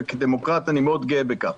וכדמוקרט אני מאוד גאה בכך.